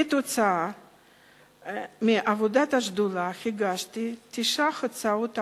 כתוצאה מעבודת השדולה הגשתי תשע הצעות חוק,